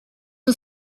who